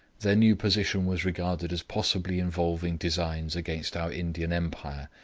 their new position was regarded as possibly involving designs against our indian empire,